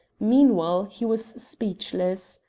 meanwhile he was speechless.